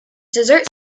dessert